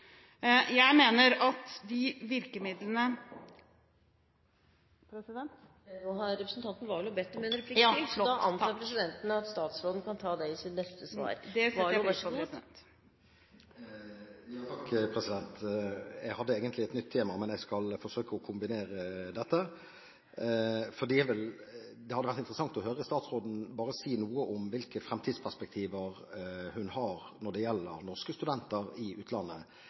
da antar presidenten at statsråden kan ta resten i sitt neste svar. Det setter jeg pris på. Jeg hadde egentlig et nytt tema, men jeg skal forsøke å kombinere dette, for det hadde vært interessant å høre statsråden si noe om hvilke fremtidsperspektiver hun har når det gjelder norske studenter i utlandet,